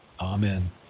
Amen